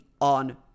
on